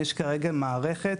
יש כרגע מערכת,